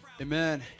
Amen